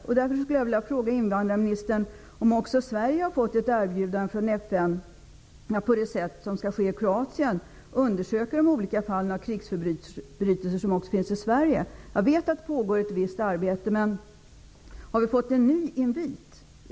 Därför skulle jag vilja fråga om också Sverige har fått ett erbjudande från FN om att på samma sätt som i Kroatien undersöka de olika fallen av krigsförbrytelser. Jag vet att det pågår ett visst arbete.